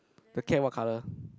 the cat what colour